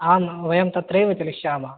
आम् वयं तत्रैव चलिष्यामः